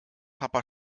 papa